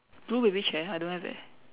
blue baby chair I don't have eh